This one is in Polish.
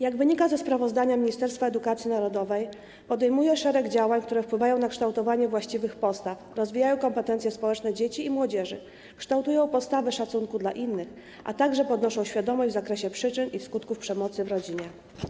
Jak wynika ze sprawozdania, Ministerstwo Edukacji Narodowej podejmuje szereg działań, które wpływają na kształtowanie właściwych postaw, rozwijają kompetencje społeczne dzieci i młodzieży, kształtują postawy szacunku dla innych, a także podnoszą świadomość w zakresie przyczyn i skutków przemocy w rodzinie.